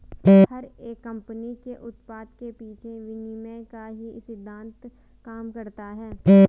हर एक कम्पनी के उत्पाद के पीछे विनिमय का ही सिद्धान्त काम करता है